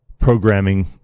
Programming